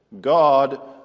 God